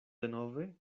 denove